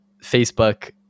Facebook